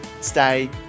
stay